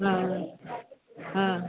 हा हा